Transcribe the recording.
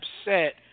upset